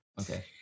Okay